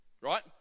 right